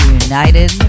united